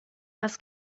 was